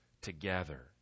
together